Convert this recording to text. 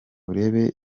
urebe